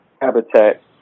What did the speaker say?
habitat